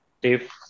dave